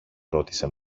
ρώτησε